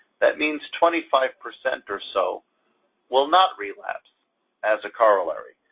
that means twenty five percent or so will not relapse as a corollary.